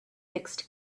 fixed